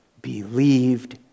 believed